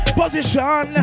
position